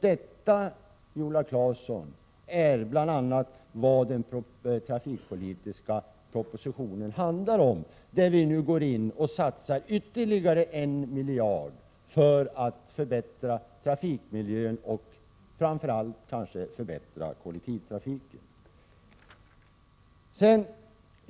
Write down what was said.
Detta är bl.a. vad den trafikpolitiska propositionen handlar om, Viola Claesson, där det nu satsas ytterligare 1 miljard på förbättringar av trafikmiljön och framför allt av kollektivtrafiken.